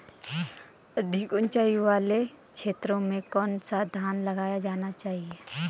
अधिक उँचाई वाले क्षेत्रों में कौन सा धान लगाया जाना चाहिए?